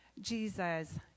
Jesus